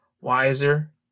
wiser